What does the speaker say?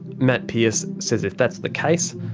matt pearce says if that's the case,